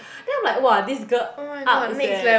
then I'm like !wow! this girl ups eh